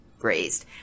raised